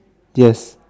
yes